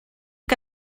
que